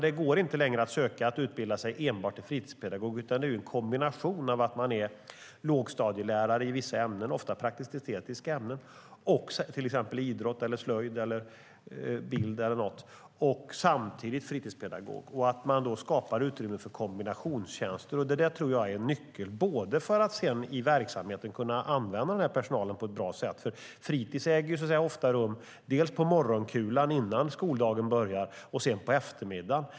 Det går inte längre att söka och utbilda sig enbart till fritidspedagog, utan det är en kombination där man är lågstadielärare i vissa ämnen - ofta praktisk-estetiska ämnen som idrott, slöjd eller bild - samtidigt som man är fritidspedagog. Man skapar utrymme för kombinationstjänster, och det tror jag är en nyckel till att sedan kunna använda denna personal på ett bra sätt i verksamheten. För fritis äger ofta rum dels på morgonkulan innan skoldagen börjar, dels på eftermiddagen.